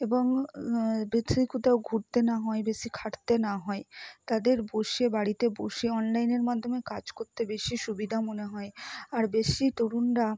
এবং বেশি কোথাও ঘুরতে না হয় বেশি খাটতে না হয় তাদের বসে বাড়িতে বসে অনলাইনের মাধ্যমে কাজ করতে বেশি সুবিধা মনে হয় আর বেশি তরুণরা